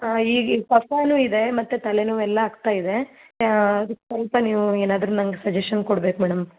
ಹಾಂ ಈಗ ಕಫಾನು ಇದೆ ಮತ್ತೆ ತಲೆನೋವೆಲ್ಲ ಆಗ್ತಾ ಇದೆ ಅದಕ್ಕೆ ಸ್ವಲ್ಪ ನೀವು ಏನಾದರು ನಂಗೆ ಸಜೆಶನ್ ಕೊಡ್ಬೇಕು ಮೇಡಮ್